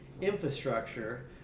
infrastructure